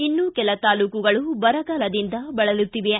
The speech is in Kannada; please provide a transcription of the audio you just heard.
ಇನ್ನು ಕೆಲ ತಾಲೂಕುಗಳು ಬರಗಾಲದಿಂದ ಬಳಲುತ್ತಿವೆ